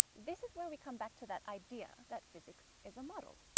this is where we come back to that idea that physics is a model.